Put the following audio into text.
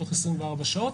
תוך 24 שעות,